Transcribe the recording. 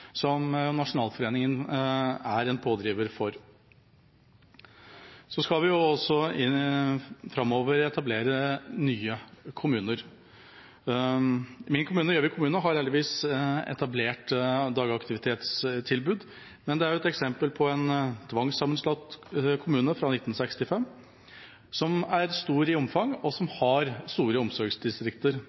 Nasjonalforeningen for folkehelsen er en pådriver for. Framover skal vi også etablere nye kommuner. Min kommune, Gjøvik kommune, har heldigvis etablert dagaktivitetstilbud, men den er et eksempel på en tvangssammenslått kommune fra 1965, som er stor i omfang og som har store omsorgsdistrikter.